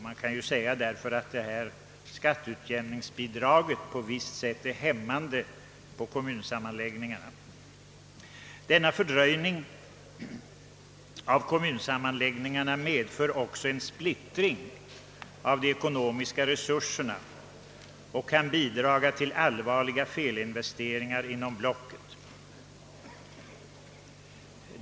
Man kan därför säga att skatteutjämningsbidraget på visst sätt har en hämmande inverkan på kommunsammanläggningarna. Den fördröjning av sammanläggningarna, som kan bli en följd härav, medför en splittring av de ekonomiska resurserna och kan bidra till allvarliga felinvesteringar inom blocket.